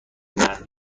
مرد